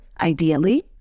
ideally